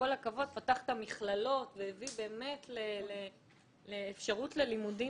את המכללות והביא באמת לאפשרות ללימודים,